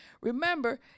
remember